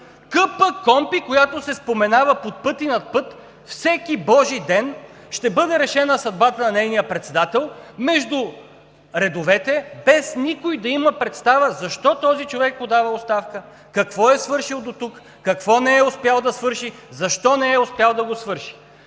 КПКОНПИ, която се споменава под път и над път всеки божи ден! Ще бъде решена съдбата на нейния председател между редовете, без никой да има представа защо този човек подава оставка; какво е свършил дотук; какво не е успял да свърши; защо не е успял да го свърши?